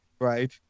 Right